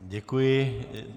Děkuji.